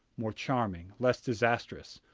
more charming, less disastrous.